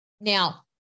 now